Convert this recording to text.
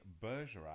Bergerac